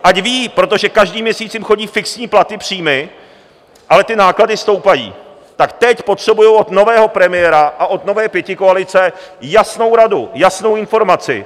Ať vědí, protože každý měsíc jim chodí fixní platy, příjmy, ale náklady stoupají, tak teď potřebují od nového premiéra a od nové pětikoalice jasnou radu, jasnou informaci.